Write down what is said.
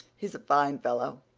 he's a fine fellow,